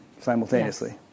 simultaneously